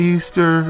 Easter